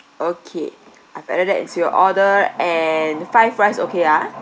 okay I've added that into your order and five rice okay ah